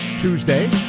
Tuesday